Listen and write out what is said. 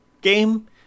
game